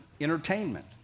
entertainment